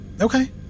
Okay